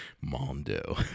Mondo